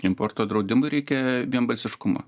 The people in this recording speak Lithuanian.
importo draudimui reikia vienbalsiškumo